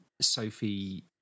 Sophie